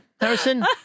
Harrison